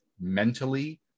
mentally